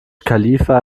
khalifa